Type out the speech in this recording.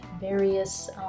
various